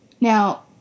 Now